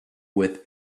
with